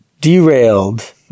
derailed